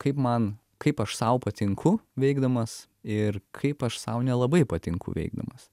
kaip man kaip aš sau patinku veikdamas ir kaip aš sau nelabai patinku veikdamas